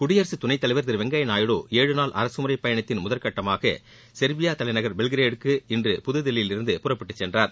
குடியரசுத் துணைத்தலைவர் திரு வெங்கையா நாயுடு ஏழு நாள் அரசுமுறைப் பயணத்தின் முதற்கட்டமாக சொ்பியா தலைநகர் பெல்கிரேடு க்குஇன்று புதுதில்லியிலிருந்து புறப்பட்டுச் சென்றார்